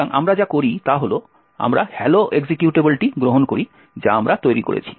সুতরাং আমরা যা করি তা হল আমরা hello এক্সিকিউটেবলটি গ্রহণ করি যা আমরা তৈরি করেছি